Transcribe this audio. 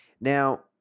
Now